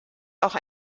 auch